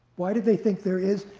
why did they think there is?